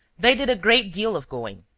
they did a great deal of going.